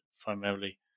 primarily